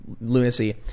lunacy